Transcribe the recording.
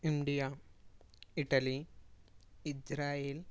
India Italy Israel